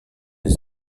les